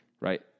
right